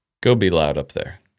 go-be-loud-up-there